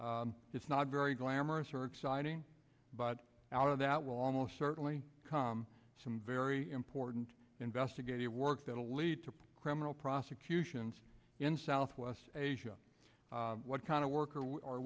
it's not very glamorous or exciting but out of that will almost certainly come some very important investigative work that will lead to criminal prosecutions in southwest asia what kind of work are